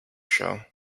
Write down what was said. show